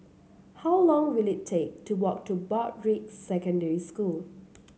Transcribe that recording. how long will it take to walk to Broadrick Secondary School